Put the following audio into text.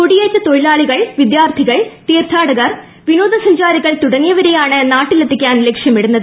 കുടിയേറ്റ തൊഴിലാളികൾ വിദ്യാർത്ഥികൾ തീർത്ഥാടകർ വിനോദ സഞ്ചാരികൾ തുടങ്ങിയവ രെയാണ് നാട്ടിലെത്തിക്കാൻ ലക്ഷ്യമിടുന്നത്